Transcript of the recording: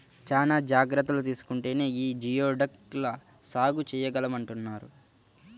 చానా జాగర్తలు తీసుకుంటేనే యీ జియోడక్ ల సాగు చేయగలమంటన్నారు